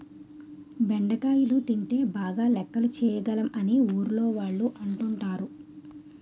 బెండకాయలు తింటే బాగా లెక్కలు చేయగలం అని ఊర్లోవాళ్ళు అంటుంటారు